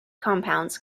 compounds